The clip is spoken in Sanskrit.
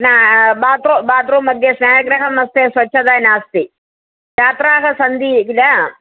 न बात्रू बात्रूं मध्ये स्नानगृहम् अस्ति स्वच्छता नास्ति छात्राः सन्ति किल